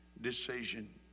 decision